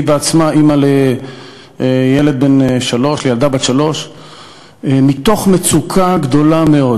היא בעצמה אימא לילדה בת שלוש מתוך מצוקה גדולה מאוד.